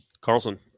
Carlson